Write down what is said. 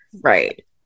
right